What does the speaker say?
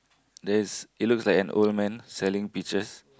there is it looks like an old man selling peaches